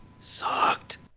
sucked